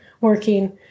working